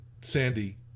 sandy